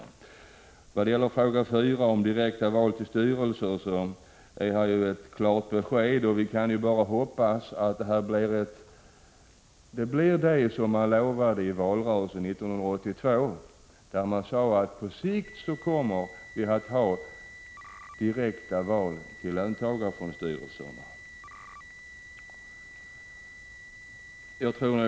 I vad gäller fråga 4 om direkta val till löntagarfondsstyrelserna finns här ett klart besked. Vi kan ju bara hoppas att det blir så som man lovade i valrörelsen 1982, då man sade att vi på sikt kommer att ha direkta val till löntagarfondsstyrelserna. Herr talman!